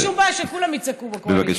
אין לי שום בעיה שכולם יצעקו בקואליציה, אגב,